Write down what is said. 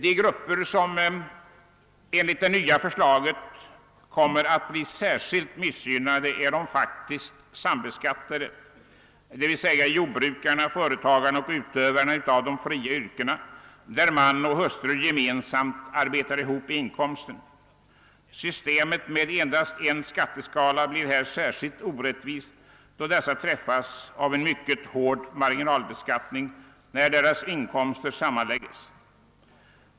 De grupper som enligt det nya förslaget kommer att bli särskilt missgynnade är de faktiskt sambeskattade, d.v.s. jordbrukarna, företagarna och utövarna av de fria yrkena, där man och hustru gemensamt arbetar ihop inkomsten. Systemet med endast en skatteskala blir här särskilt orättvis, då dessa grupper träffas av en mycket hård marginalbeskattning när inkomsterna sammanläggs.